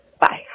Bye